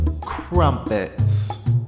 Crumpets